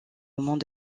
moment